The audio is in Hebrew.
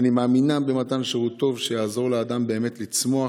אני מאמינה במתן שירות טוב שיעזור לאדם לצמוח